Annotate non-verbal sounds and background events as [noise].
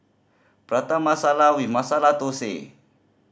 Prata Masala [unintelligible] Masala Thosai